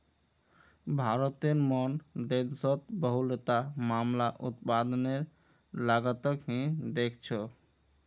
भारतेर मन देशोंत बहुतला मामला उत्पादनेर लागतक ही देखछो